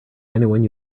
anyone